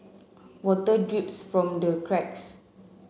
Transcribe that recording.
water drips from the cracks